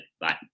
Bye